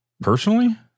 Personally